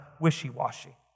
wishy-washy